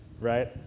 right